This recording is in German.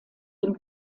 dem